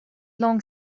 long